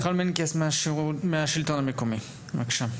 מיכל מנקס מהשלטון המקומי, בבקשה.